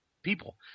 People